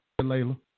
Layla